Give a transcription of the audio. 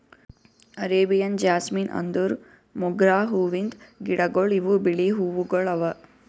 Arabian jasmine ಅಂದುರ್ ಮೊಗ್ರಾ ಹೂವಿಂದ್ ಗಿಡಗೊಳ್ ಇವು ಬಿಳಿ ಹೂವುಗೊಳ್ ಅವಾ